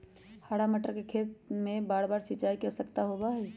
हरा मटर के खेत में बारबार सिंचाई के आवश्यकता होबा हई